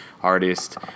artist